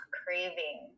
craving